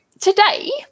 today